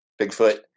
Bigfoot